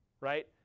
right